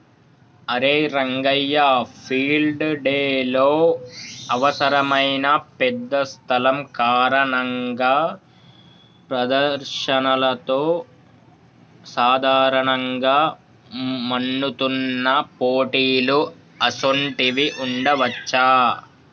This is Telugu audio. అరే రంగయ్య ఫీల్డ్ డెలో అవసరమైన పెద్ద స్థలం కారణంగా ప్రదర్శనలతో సాధారణంగా మన్నుతున్న పోటీలు అసోంటివి ఉండవచ్చా